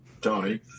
Tony